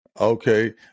Okay